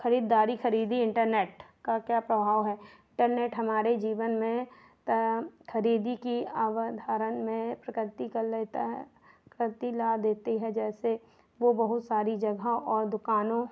ख़रीदारी ख़रीदी इन्टरनेट का क्या प्रभाव है इन्टरनेट हमारे जीवन में ता ख़रीदी की अवधारणा में प्रगति कर लेता है क्रति ला देती है जैसे वह बहुत सारी जगह और दुकानों